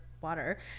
water